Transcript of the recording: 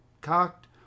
cocked